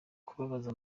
kubabaza